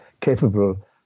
capable